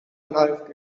arrived